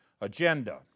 agenda